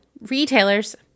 retailers